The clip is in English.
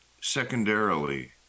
Secondarily